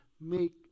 make